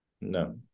No